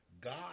God